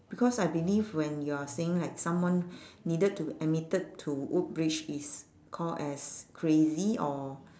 because I believe when you're saying like someone needed to admitted to is call as crazy or